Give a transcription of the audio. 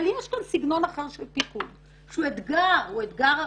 יש כאן סגנון אחר של פיקוד שהוא אתגר לכולם